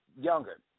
younger